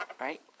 right